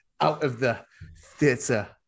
out-of-the-theater